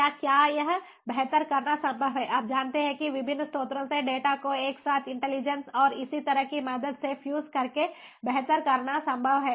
या क्या यह बेहतर करना संभव है आप जानते हैं कि विभिन्न स्रोतों से डेटा को एक साथ इंटेलिजेंस और इसी तरह की मदद से फ़्यूज़ करके बेहतर करना संभव है